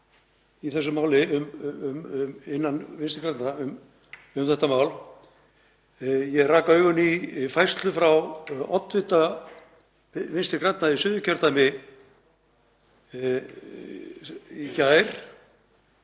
í þessu máli innan Vinstri grænna. Ég rak augun í færslu frá oddvita Vinstri grænna í Suðurkjördæmi í gær